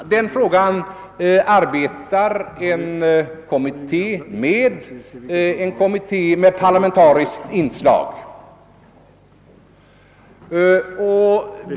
Med den frågan arbetar en kommitté som har parlamentariskt inslag.